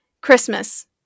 Christmas